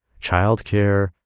childcare